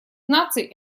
наций